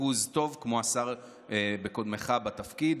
20% טוב כמו קודמך בתפקיד,